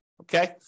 okay